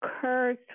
curse